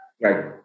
Right